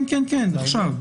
עכשיו.